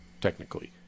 technically